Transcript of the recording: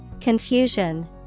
Confusion